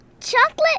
chocolate